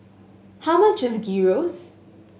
how much is Gyros